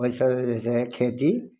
ओहिसँ से खेती